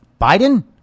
Biden